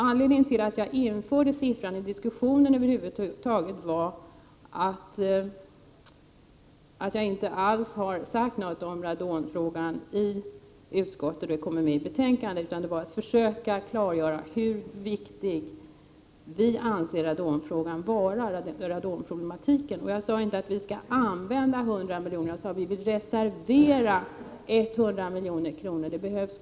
Anledningen till att jag över huvud taget införde siffran i diskussionen var att jag inte hade sagt någonting om radonfrågan i utskottet och att jag ville klargöra hur viktig vi anser radonproblematiken vara. Jag sade inte att vi skall använda 100 milj.kr. utan att vi vill reservera 100 milj.kr.